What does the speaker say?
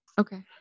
Okay